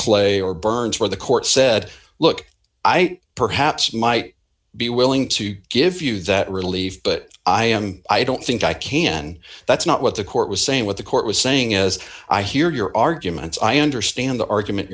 clay or burns where the court said look i perhaps might be willing to give you that relief but i am i don't think i can that's not what the court was saying what the court was saying as i hear your arguments i understand the argument